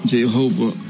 Jehovah